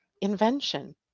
invention